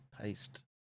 paste